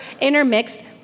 intermixed